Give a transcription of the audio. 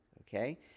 okay